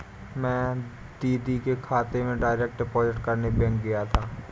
मैं दीदी के खाते में डायरेक्ट डिपॉजिट करने बैंक गया था